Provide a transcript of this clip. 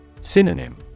Synonym